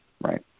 Right